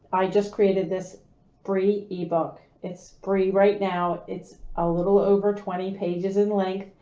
i just created this free ebook. it's free right now. it's a little over twenty pages in length.